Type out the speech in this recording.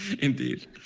Indeed